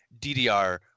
DDR